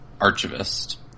archivist